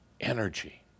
energy